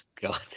God